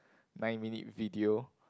nine minute video